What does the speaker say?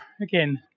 again